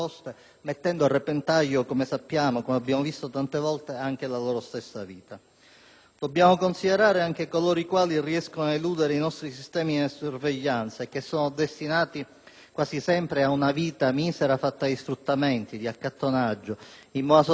Dobbiamo poi considerare anche coloro i quali riescono ad eludere i nostri sistemi di sorveglianza e che sono destinati quasi sempre ad una vita misera, fatta di sfruttamenti, accattonaggio, in buona sostanza di condizioni di vita non degne di un Paese come l'Italia, che li ospita.